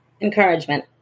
Encouragement